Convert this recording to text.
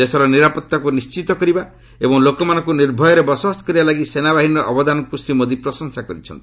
ଦେଶର ନିରାପଭାକୁ ନିି୍ଣିତ କରିବା ଏବଂ ଲୋକମାନଙ୍କୁ ନିର୍ଭୟରେ ବସବାସ କରିବାଲାଗି ସେନାବାହିନୀର ଅବଦାନକୁ ଶ୍ରୀ ମୋଦି ପ୍ରଶଂସା କରିଛନ୍ତି